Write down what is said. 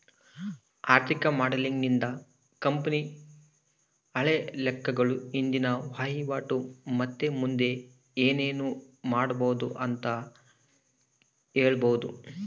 ಆರ್ಥಿಕ ಮಾಡೆಲಿಂಗ್ ನಿಂದ ಕಂಪನಿಯ ಹಳೆ ಲೆಕ್ಕಗಳು, ಇಂದಿನ ವಹಿವಾಟು ಮತ್ತೆ ಮುಂದೆ ಏನೆನು ಮಾಡಬೊದು ಅಂತ ಹೇಳಬೊದು